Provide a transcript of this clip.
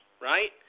right